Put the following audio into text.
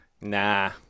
Nah